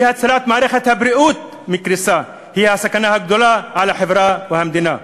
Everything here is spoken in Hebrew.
אי-הצלת מערכת הבריאות מקריסה היא הסכנה הגדולה לחברה ולמדינה.